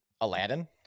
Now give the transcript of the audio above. Aladdin